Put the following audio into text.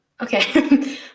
Okay